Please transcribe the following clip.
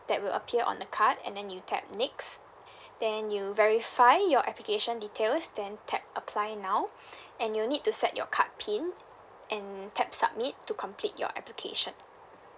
that will appear on the card and then you tap next then you verify your application details then tap apply now and you'll need to set your card pin and tap submit to complete your application